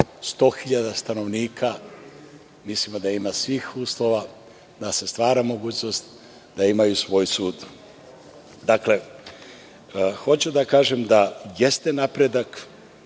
100.000 stanovnika. Mislimo da ima svih uslova da se stvara mogućnost da imaju svoj sud. Hoću da kažem da jeste veliki